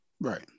right